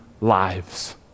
lives